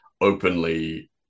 openly